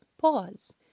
pause